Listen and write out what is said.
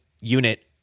unit